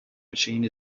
machine